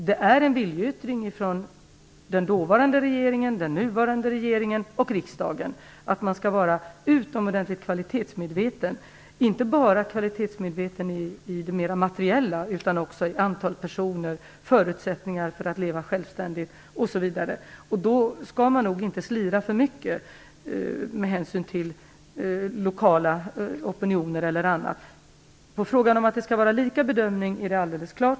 Det är en viljeyttring från den dåvarande regeringen, den nuvarande regeringen och riksdagen att man skall vara utomordentligt kvalitetsmedveten - inte bara i det mera materiella, utan också vad gäller antal personer, förutsättningar för att leva självständigt osv. Man skall nog inte slira för mycket med hänsyn till lokala opinioner eller annat. På frågan om det skall vara lika bedömning vill jag säga att det är alldeles klart.